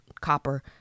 Copper